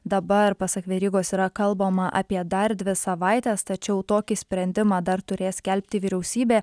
dabar pasak verygos yra kalbama apie dar dvi savaites tačiau tokį sprendimą dar turės skelbti vyriausybė